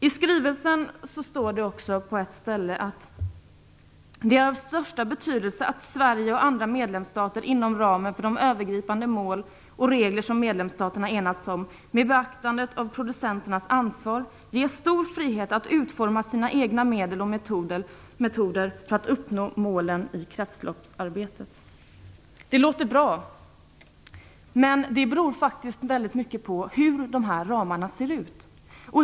I skrivelsen står att det är "av största betydelse att Sverige och andra medlemsstater, inom ramen för de övergripande mål och regler som medlemsstaterna enats om och med beaktande av producenternas ansvar, ges stor frihet att utforma sina egna medel och metoder för att uppnå målen i kretsloppsarbetet". Det låter bra. Men det beror mycket på hur ramarna ser ut.